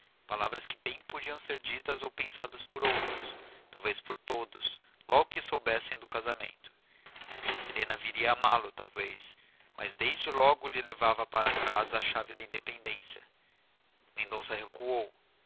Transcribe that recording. palavras que bem podiam ser ditas ou pensadas por outros talvez por todos logo que soubessem do casamento helena viria a amá-lo talvez mas desde logo lhe levava para casa a chave da independência mendonça recuou